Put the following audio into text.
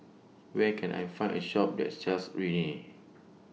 Where Can I Find A Shop that sells Rene